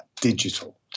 digital